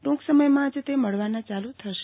ટૂંક સમયમાં જ તે મળવાના ચાલ્ થશે